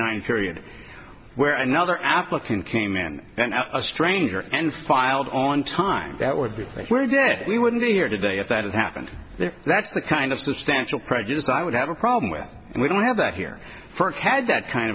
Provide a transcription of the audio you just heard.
nine period where another applicant came in and a stranger and filed on time that would be where did we wouldn't be here today if that happened there that's the kind of substantial prejudice i would have a problem with and we don't have that here first had that kind